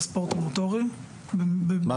יש מעל אלף צמיגים בגג של ספורט מוטורי שהם החליטו שהם לא